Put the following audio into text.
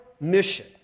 mission